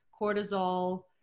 cortisol